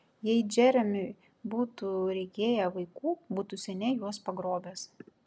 jei džeremiui būtų reikėję vaikų būtų seniai juos pagrobęs